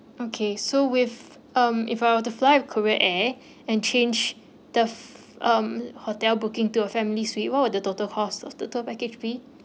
okay so with um if I were to fly with korea air and change the um hotel booking to a family suite what will the total cost of the tour package be